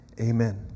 Amen